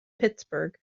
pittsburgh